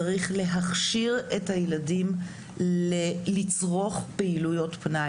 צריך להכשיר את הילדים לצרוך פעילויות פנאי.